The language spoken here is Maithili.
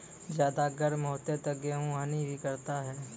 ज्यादा गर्म होते ता गेहूँ हनी भी करता है?